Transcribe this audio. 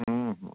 হুম হুম